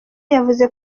yavuze